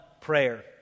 prayer